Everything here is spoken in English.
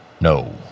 No